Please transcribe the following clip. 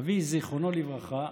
אבי, זיכרונו לברכה,